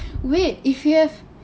wait if you have